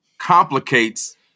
complicates